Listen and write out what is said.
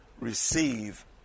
receive